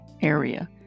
area